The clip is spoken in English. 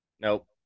Nope